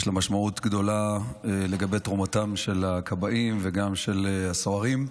יש לה משמעות גדולה לגבי תרומתם של הכבאים וגם של הסוהרים.